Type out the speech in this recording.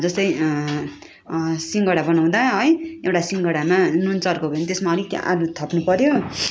जस्तै सिङ्गडा बनाउँदा है एउटा सिङ्गडामा नुन चर्को भयो भने त्यसमा अलिकति आलु थप्नु पऱ्यो